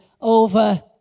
over